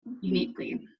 uniquely